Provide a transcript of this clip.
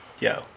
Yo